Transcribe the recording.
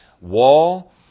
wall